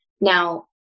Now